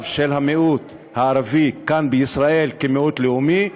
של המיעוט הערבי כאן בישראל כמיעוט לאומי,